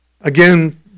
Again